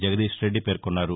జగదీష్రెడ్డి పేర్కొన్నారు